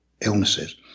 illnesses